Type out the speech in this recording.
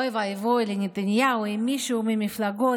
אוי ואבוי לנתניהו אם מישהו מהמפלגות